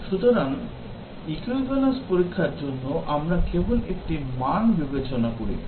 সুতরাং equivalence পরীক্ষার জন্য আমরা কেবল একটি মান বিবেচনা করি